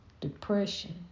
Depression